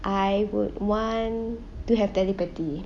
I would want to have telepathy